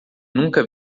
nunca